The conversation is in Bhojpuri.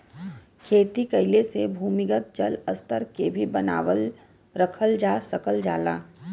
खेती कइले से भूमिगत जल स्तर के भी बनावल रखल जा सकल जाला